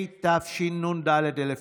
התשנ"ד 1994,